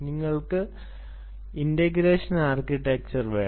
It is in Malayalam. നിങ്ങൾക്ക് ഇന്റഗ്രേഷൻ ആർക്കിടെക്ചർ വേണം